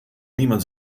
niemand